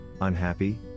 unhappy